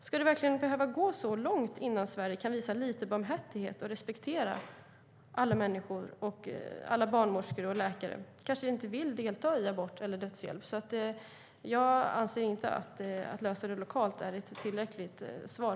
Ska det verkligen behöva gå så långt innan Sverige kan visa lite barmhärtighet och respektera alla människor och att alla barnmorskor och läkare kanske inte vill delta i abort eller dödshjälp? Att det ska lösas lokalt är inte ett tillräckligt svar.